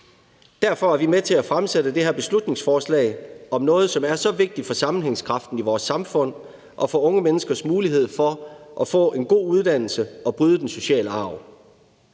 Derfor er vi med til at fremsætte det her beslutningsforslag om noget, som er så vigtigt for sammenhængskraften i vores samfund og for unge menneskers mulighed for at få en god uddannelse og bryde den sociale arv.